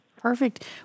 Perfect